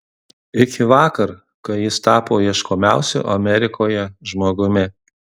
iki vakar kai jis tapo ieškomiausiu amerikoje žmogumi